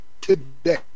today